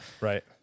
Right